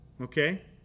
okay